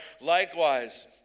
likewise